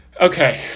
okay